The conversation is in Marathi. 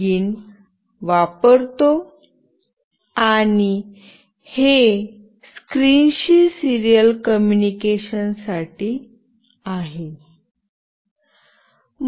begin वापरतो आणि हे स्क्रीनशी सिरीयल कॉम्युनिकेशन साठी आहे